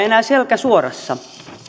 enää selkä suorassa